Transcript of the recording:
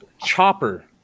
chopper